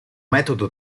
metodo